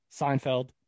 Seinfeld